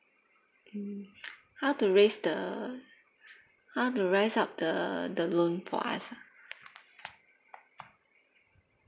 mm how to raise the how to raise up the the loan for us ah